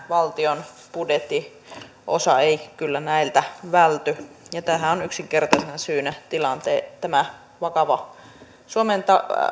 valtion budjettiosa ei kyllä näiltä välty ja yksinkertaisena syynähän tilanteeseen on tämä suomen